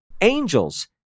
Angels